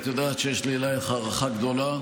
את יודעת שיש לי אלייך הערכה גדולה,